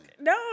No